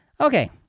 Okay